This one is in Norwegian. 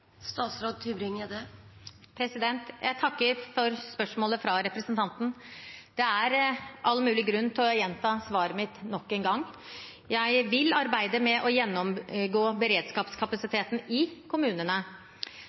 Jeg takker for spørsmålet fra representanten. Det er all mulig grunn til å gjenta svaret mitt. Nok en gang: Jeg vil arbeide med å gjennomgå beredskapskapasiteten i kommunene,